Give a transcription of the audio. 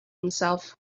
himself